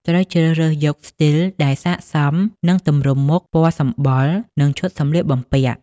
ត្រូវជ្រើសរើសយកស្ទីលដែលស័ក្តិសមនឹងទម្រង់មុខ ពណ៌សម្បុរ និងឈុតសម្លៀកបំពាក់ ។